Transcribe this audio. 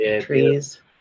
trees